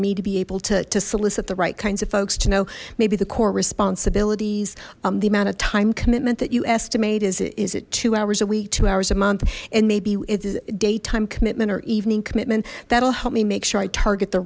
me to be able to solicit the right kinds of folks to know maybe the core responsibilities the amount of time commitment that you estimate is is it two hours a week two hours a month and maybe it's a day time commitment or evening commitment that'll help me make sure i target the